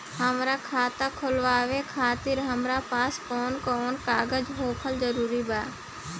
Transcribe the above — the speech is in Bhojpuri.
हमार खाता खोलवावे खातिर हमरा पास कऊन कऊन कागज होखल जरूरी बा?